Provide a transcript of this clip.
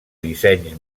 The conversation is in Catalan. dissenys